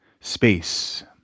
space